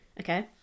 okay